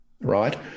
right